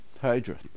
Hydra